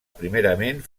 primerament